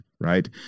Right